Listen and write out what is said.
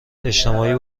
اجتماعی